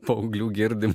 paauglių girdime